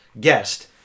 guest